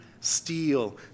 steal